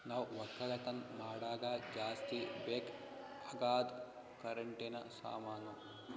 ನಾವ್ ಒಕ್ಕಲತನ್ ಮಾಡಾಗ ಜಾಸ್ತಿ ಬೇಕ್ ಅಗಾದ್ ಕರೆಂಟಿನ ಸಾಮಾನು